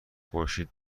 خورشید